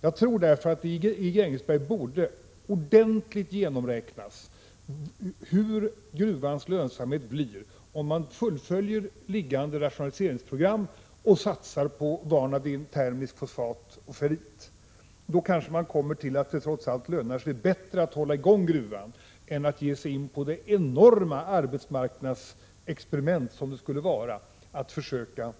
Därför tror jag att man beträffande Grängesberg ordentligt borde reda ut hur lönsam gruvan blir, om man fullföljer det föreliggande rationaliseringsprogrammet och satsar på vanadin, termiskt fosfat och ferrit. Då kommer man kanske fram till att det trots allt lönar sig bättre att hålla i gång gruvan än att ge sig in på det enorma arbetsmarknadsexperiment som det skulle vara att försöka